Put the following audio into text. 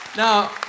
Now